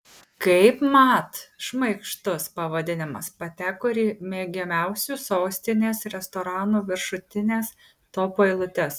kaip mat šmaikštus pavadinimas pateko ir į mėgiamiausių sostinės restoranų viršutines topų eilutes